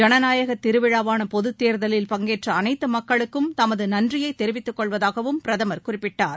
ஜனநாயகத் திருவிழாவானபொதுத் தேர்தலில் பங்கேற்றஅனைத்துமக்களுக்கும் தமதுநன்றியைத் தெரிவித்துக் கொள்வதாகவும் பிரதமர் குறிப்பிட்டார்